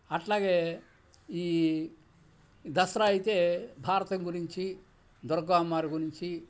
అట్లాగే ఈ దసరా అయితే భారతం గురించి దుర్గా అమ్మవారి గురించి